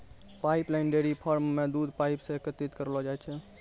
pipeline dairy farm म दूध pipe सें एकत्रित करलो जाय छै